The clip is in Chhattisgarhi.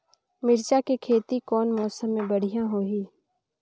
मिरचा के खेती कौन मौसम मे बढ़िया होही?